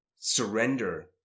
surrender